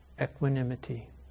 equanimity